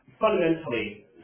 Fundamentally